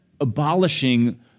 abolishing